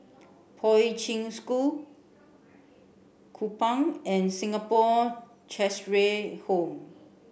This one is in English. Poi Ching School Kupang and Singapore Cheshire Home